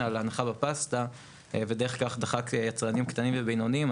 להנחה בפסטה ודרך כך דחק יצרנים קטנים ובינוניים,